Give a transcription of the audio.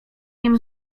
nim